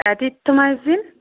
azithromycin